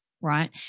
right